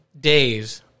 days